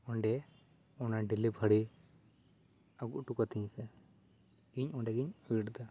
ᱚᱸᱰᱮ ᱩᱱᱟ ᱰᱤᱞᱤᱵᱷᱟᱨᱤ ᱟᱹᱜᱩ ᱚᱴᱩ ᱠᱟᱹᱛᱤᱧ ᱯᱮ ᱤᱧ ᱚᱸᱰᱮ ᱜᱤᱧ ᱳᱭᱮᱴ ᱮᱫᱟ